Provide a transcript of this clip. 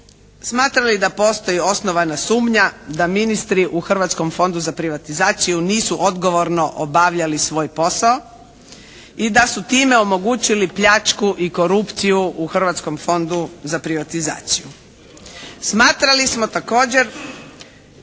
smatrali da postoji osnovana sumnja da ministri u Hrvatskom fondu za privatizaciju nisu odgovorno obavljali svoj posao i da su time omogućili pljačku i korupciju u Hrvatskom fondu za privatizaciju. Smatrali smo također